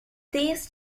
these